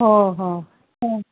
हा हा हं